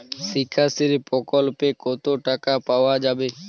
শিক্ষাশ্রী প্রকল্পে কতো টাকা পাওয়া যাবে?